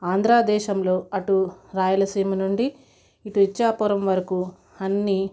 ఆంధ్రదేశంలో అటు రాయలసీమ నుండి ఇటు ఇచ్చాపురం వరకు అన్నీ